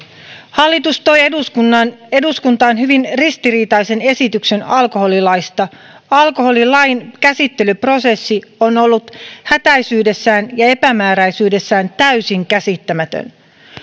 hallitus toi eduskuntaan hyvin ristiriitaisen esityksen alkoholilaista alkoholilain käsittelyprosessi on ollut hätäisyydessään ja epämääräisyydessään täysin käsittämätön